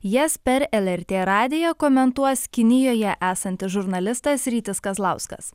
jas per lrt radiją komentuos kinijoje esantis žurnalistas rytis kazlauskas